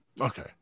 Okay